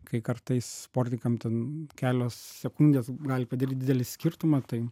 kai kartais sportininkam ten kelios sekundės gali padaryt didelį skirtumą tai